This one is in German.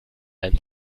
einem